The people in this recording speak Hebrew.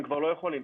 הם כבר לא יכולים.